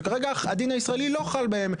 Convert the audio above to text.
שכרגע הדין הישראלי לא חל בהם,